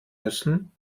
müssen